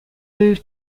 moved